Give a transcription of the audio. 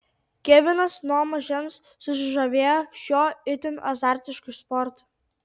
kevinas nuo mažens susižavėjo šiuo itin azartišku sportu